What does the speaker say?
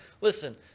Listen